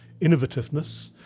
innovativeness